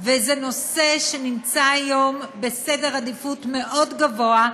וזה נושא שנמצא היום בסדר עדיפות מאוד גבוה.